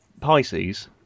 Pisces